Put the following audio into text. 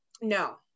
No